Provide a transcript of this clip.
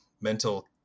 mental